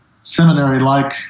seminary-like